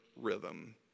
rhythm